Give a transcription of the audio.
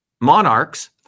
monarchs